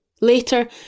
Later